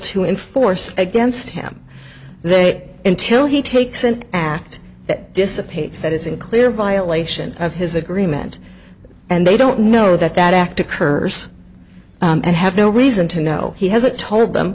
to enforce against him they until he takes an act that dissipates that is in clear violation of his agreement and they don't know that that act occurs and have no reason to know he hasn't told them